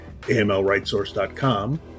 amlrightsource.com